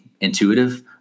intuitive